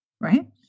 Right